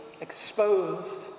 exposed